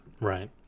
Right